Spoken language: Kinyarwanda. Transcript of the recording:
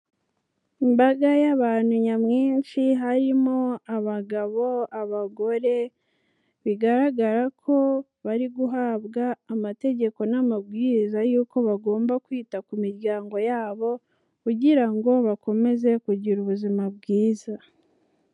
Imbaga y'abantu nyamwinshi harimo abagabo, abagore, bigaragara ko bari guhabwa amategeko n'amabwiriza yuko bagomba kwita ku miryango yabo, kugira ngo bakomeze kugira ubuzima bwiza.